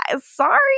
sorry